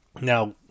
Now